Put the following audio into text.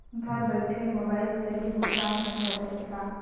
घर बइठे मोबाईल से भी भुगतान होय सकथे का?